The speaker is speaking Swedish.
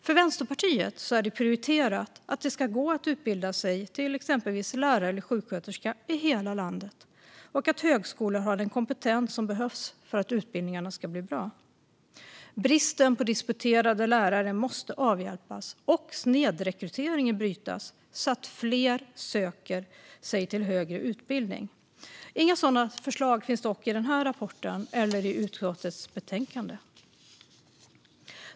För Vänsterpartiet är det prioriterat att det ska gå att utbilda sig till exempelvis lärare eller sjuksköterska i hela landet och att högskolor har den kompetens som behövs för att utbildningarna ska bli bra. Bristen på disputerade lärare måste avhjälpas och snedrekryteringen måste brytas så att fler söker sig till högre utbildning. Inga sådana förslag finns dock i denna rapport eller i utskottets betänkande.